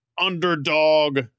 underdog